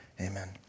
amen